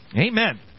Amen